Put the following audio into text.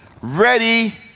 Ready